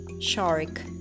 Shark